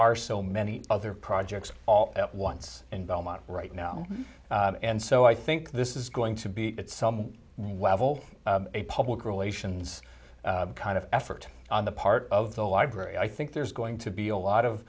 are so many other projects all at once in belmont right now and so i think this is going to be at some level a public relations kind of effort on the part of the library i think there's going to be a lot of